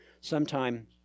sometime